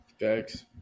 Thanks